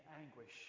anguish